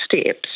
steps